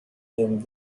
him